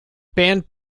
banned